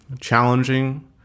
challenging